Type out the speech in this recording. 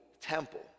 temple